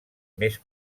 més